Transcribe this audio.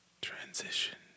transition